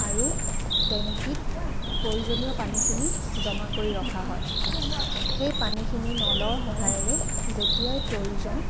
আৰু টেংকিত প্ৰয়োজনীয় পানীখিনি জমা কৰি ৰখা হয় সেই পানীখিনি নলৰ সহায়েৰে যেতিয়াই প্ৰয়োজন